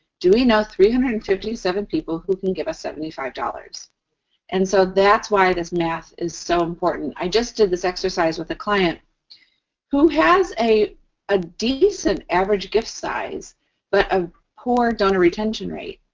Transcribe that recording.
do we know three hundred and fifty seven people who can give us seventy five and so, that's why this math is so important. i just did this exercise with a client who has a a decent average gift size but a poor donor retention rate.